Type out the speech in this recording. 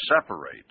separate